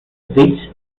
beech